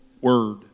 word